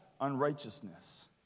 unrighteousness